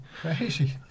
Crazy